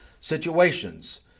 situations